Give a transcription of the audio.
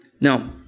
Now